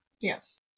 Yes